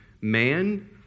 man